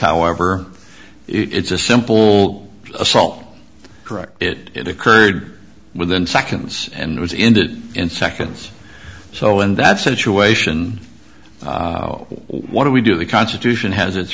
however it's a simple assault correct it occurred within seconds and was ended in seconds so in that situation what do we do the constitution has its